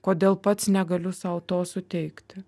kodėl pats negaliu sau to suteikti